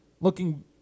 Looking